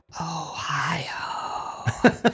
Ohio